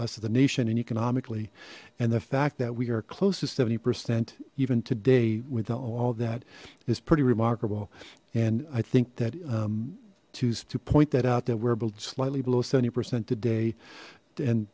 us the nation and economically and the fact that we are close to seventy percent even today with all that is pretty remarkable and i think that to point that out that wearable slightly below seventy percent today and